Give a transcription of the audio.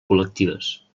col·lectives